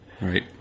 Right